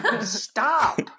stop